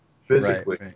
physically